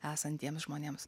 esantiems žmonėms